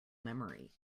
memory